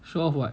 show off what